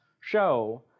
show